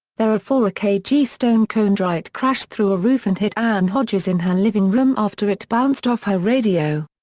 there a four ah kg stone chondrite crashed through a roof and hit ann hodges in her living room after it bounced off her radio.